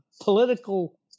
political